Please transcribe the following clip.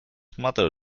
mother